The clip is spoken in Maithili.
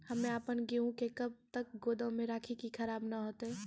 हम्मे आपन गेहूँ के कब तक गोदाम मे राखी कि खराब न हते?